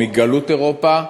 או מגלות אירופה.